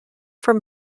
from